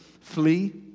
flee